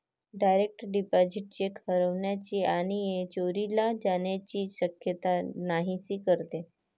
direct deposit cheque हरवण्याची आणि चोरीला जाण्याची शक्यता नाहीशी करते